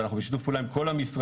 ואנחנו בשיתוף פעולה עם כל המשרדים,